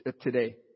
today